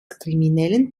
kriminellen